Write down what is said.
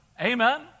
Amen